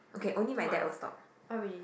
okay only my dad will stop